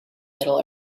middle